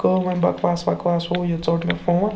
گوٚو وۄنۍ بَکواس وکواس ہُہ یہِ ژوٚٹ مےٚ فون